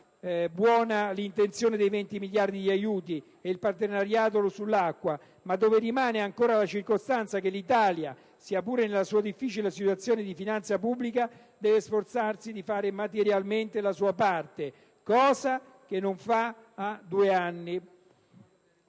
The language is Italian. buona l'intenzione dei 20 miliardi di aiuti e il partenariato sull'acqua, ma dove rimane anche la circostanza che l'Italia, sia pure nella sua difficile situazione di finanza pubblica, deve sforzarsi di fare materialmente la sua parte, cosa che non fa da due anni.